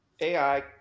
AI